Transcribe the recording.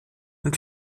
und